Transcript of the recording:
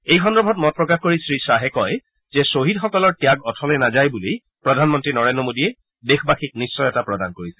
এই সন্দৰ্ভত মত প্ৰকাশ কৰি শ্ৰীশ্বাহে কয় যে শ্বহীদসকলৰ ত্যাগ অথলে নাযায় বুলি প্ৰধানমন্তী নৰেন্দ্ৰ মোদীয়ে দেশবাসীক নিশ্চয়তা প্ৰদান কৰিছে